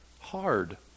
hard